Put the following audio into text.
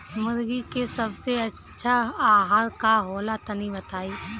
मुर्गी के सबसे अच्छा आहार का होला तनी बताई?